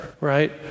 Right